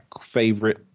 favorite